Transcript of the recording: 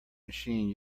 machine